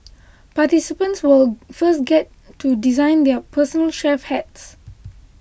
participants will first get to design their personal chef hats